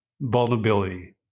Vulnerability